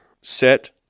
set